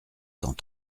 cent